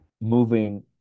moving